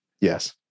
yes